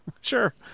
Sure